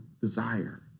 desire